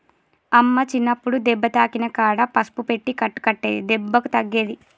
అమ్మ చిన్నప్పుడు దెబ్బ తాకిన కాడ పసుపు పెట్టి కట్టు కట్టేది దెబ్బకు తగ్గేది